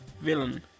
Villain